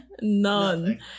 None